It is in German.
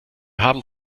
haben